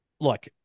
look